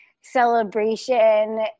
Celebration